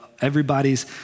everybody's